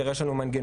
שיש לנו מנגנון,